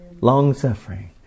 Long-suffering